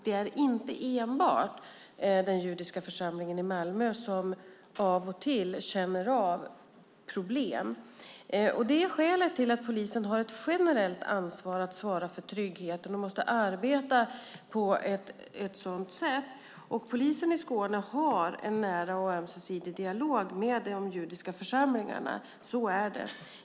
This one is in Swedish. Det är inte enbart den judiska församlingen i Malmö som av och till känner av problem. Det är skälet till att polisen har ett generellt ansvar att svara för tryggheten och måste arbeta på ett sådant sätt. Polisen i Skåne har en nära dialog med de judiska församlingarna.